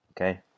Okay